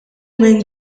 minn